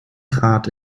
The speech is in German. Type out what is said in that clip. grad